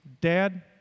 Dad